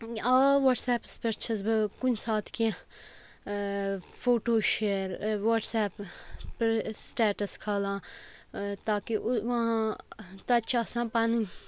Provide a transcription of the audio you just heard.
آ وَٹسیپ پٮ۪ٹھ چھَس بہٕ کُنہِ ساتہٕ کیٚنٛہہ فوٹو شِیَر وَٹسیپ سٕٹیٹَس کھالان تاکہِ تَتہِ چھِ آسان پَنٕنۍ